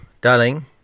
darling